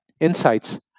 insights